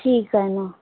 ठीक आहे ना